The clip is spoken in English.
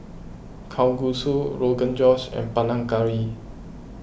Kalguksu Rogan Josh and Panang Curry